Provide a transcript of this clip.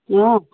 অঁ